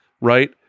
right